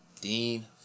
Dean